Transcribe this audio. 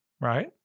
right